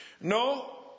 No